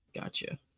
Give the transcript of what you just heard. gotcha